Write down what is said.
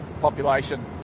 population